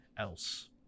else